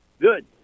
Good